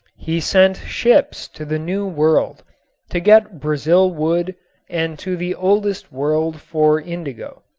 he sent ships to the new world to get brazil wood and to the oldest world for indigo.